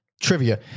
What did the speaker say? trivia